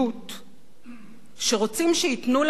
שרוצים שייתנו להם כוח למשול,